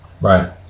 Right